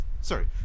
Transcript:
sorry